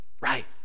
right